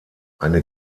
eine